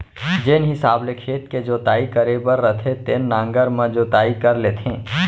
जेन हिसाब ले खेत के जोताई करे बर रथे तेन नांगर म जोताई कर लेथें